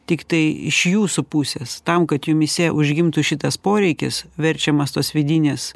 tiktai iš jūsų pusės tam kad jumyse užgimtų šitas poreikis verčiamas tos vidinės